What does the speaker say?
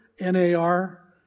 NAR